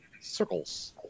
circles